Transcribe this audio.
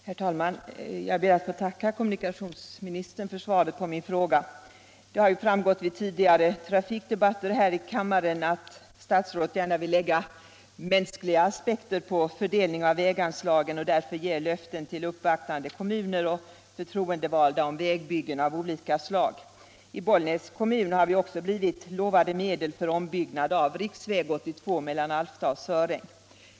Herr talman! Jag ber att få tacka kommunikationsministern för svaret på min fråga. Det har framgått vid tidigare trafikdebatter här i kammaren att statsrådet gärna vill lägga mänskliga aspekter på fördelningen av väganslagen och därför ger löften till uppvaktande kommuner och förtroendevalda om vägbyggen av olika slag. I Bollnäs kommun har vi också blivit lovade medel för ombyggnad av riksväg 82 mellan Alfta och Söräng.